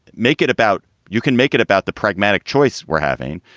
make it about you can make it about the pragmatic choice we're having.